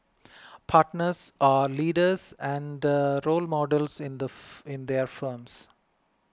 partners are leaders and role models in the in their firms